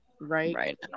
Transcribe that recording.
right